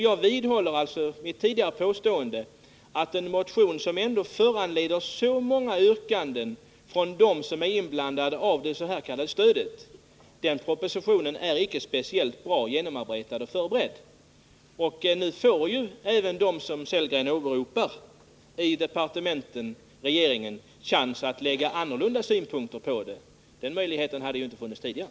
Jag vidhåller mitt tidigare påstående att en proposition som föranleder så många yrkanden från dem som är inblandade icke är speciellt väl förberedd och genomarbetad. Nu får ju även de som Rolf Sellgren åberopar i regeringen chansen att anlägga andra synpunkter på detta. Den möjligheten fanns ju inte tidigare.